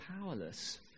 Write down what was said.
powerless